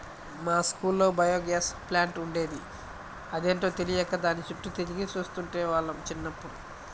మా స్కూల్లో biogas plant ఉండేది, అదేంటో తెలియక దాని చుట్టూ తిరిగి చూస్తుండే వాళ్ళం చిన్నప్పుడు